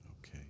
Okay